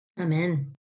Amen